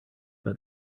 but